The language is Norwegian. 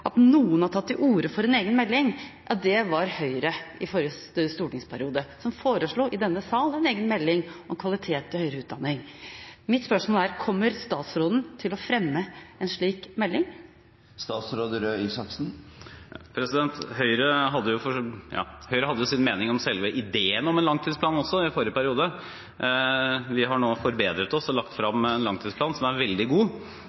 noen har tatt til orde for en egen melding. Det var Høyre i forrige stortingsperiode som foreslo i denne sal en egen melding om kvalitet i høyere utdanning. Mitt spørsmål er: Kommer statsråden til å fremme en slik melding? Høyre hadde sin mening om selve ideen om en langtidsplan også i forrige periode. Vi har nå forbedret oss og lagt frem en langtidsplan som er veldig god.